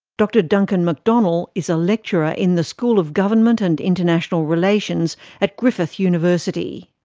dr duncan mcdonnell is a lecturer in the school of government and international relations at griffith university.